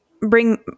bring